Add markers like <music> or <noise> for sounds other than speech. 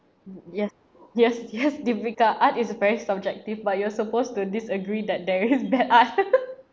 yes yes yes debica art is a very subjective but you're supposed to disagree that there is bad art <laughs>